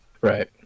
right